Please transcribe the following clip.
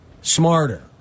smarter